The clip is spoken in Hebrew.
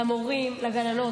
למורים, לגננות.